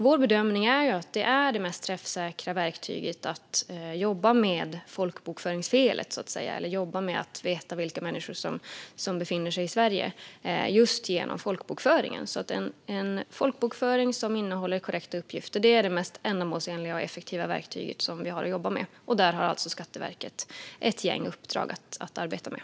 Vår bedömning är att det mest träffsäkra sättet att ta reda på vilka människor som befinner sig i Sverige är genom folkbokföringen. En folkbokföring med korrekta uppgifter är det mest ändamålsenliga och effektiva verktyg vi har att jobba med, och därför har Skatteverket fått ett antal uppdrag på detta område.